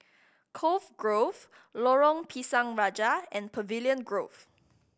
Cove Grove Lorong Pisang Raja and Pavilion Grove